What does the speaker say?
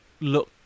look